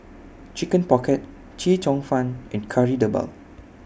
Chicken Pocket Chee Cheong Fun and Kari Debal